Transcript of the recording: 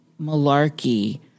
malarkey